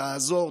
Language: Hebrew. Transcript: תעזור,